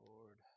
Lord